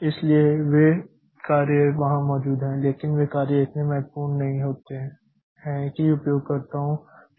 इसलिए वे कार्य वहां मौजूद हैं लेकिन वे कार्य इतने महत्वपूर्ण नहीं हैं कि उपयोगकर्ताओं के लिए बहुत प्रासंगिक हैं